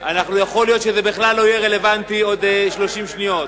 יכול להיות שזה בכלל לא יהיה רלוונטי בעוד 30 שניות.